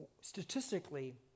Statistically